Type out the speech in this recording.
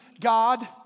God